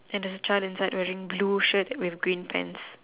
and there is a child inside wearing blue shirt and green pants